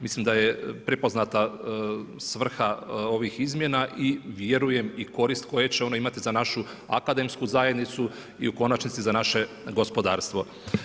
Mislim da je prepoznata svrha ovih izmjena i vjerujem i korist koja će ona imati za našu akademsku zajednicu i u konačnici za naše gospodarstvo.